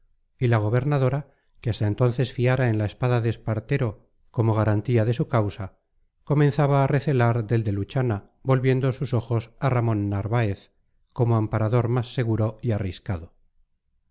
y la gobernadora que hasta entonces fiara en la espada de espartero como garantía de su causa comenzaba a recelar del de luchana volviendo sus ojos a ramón narváez como amparador más seguro y arriscado